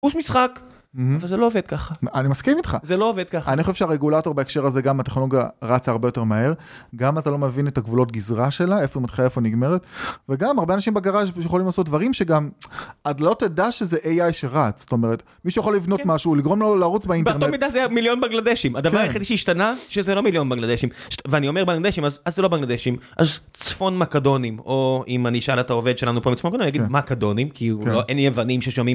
פוס משחק! וזה לא עובד ככה. אני מסכים איתך. זה לא עובד ככה. אני חושב שהרגולטור בהקשר הזה גם הטכנולוגיה רצה הרבה יותר מהר, גם אתה לא מבין את הגבולות גזרה שלה, איפה היא מתחילה איפה היא נגמרת, וגם הרבה אנשים בגראז' יכולים לעשות דברים שגם, אתה לא תדע שזה AI שרץ, זאת אומרת מישהו יכול לבנות משהו לגרום לו לרוץ באינטרנט. באותה מידה זה מיליון בנגלדשים הדבר היחיד שהשתנה שזה לא מיליון בנגלדשים, ואני אומר בנגלדשים אז זה לא בנגלדשים, אז צפון מקדונים או אם אני אשאל את העובד שלנו פה בצפון מקדוניה הוא יגיד מקדונים כי אין יוונים ששומעים.